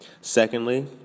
Secondly